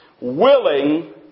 willing